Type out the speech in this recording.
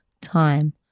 time